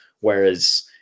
Whereas